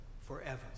forever